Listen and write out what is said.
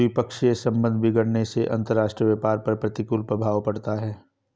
द्विपक्षीय संबंध बिगड़ने से अंतरराष्ट्रीय व्यापार पर प्रतिकूल प्रभाव पड़ता है